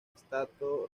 estrato